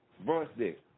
Birthday